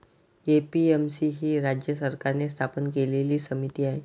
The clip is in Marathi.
ए.पी.एम.सी ही राज्य सरकारने स्थापन केलेली समिती आहे